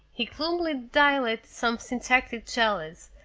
he gloomily dialed some synthetic jellies,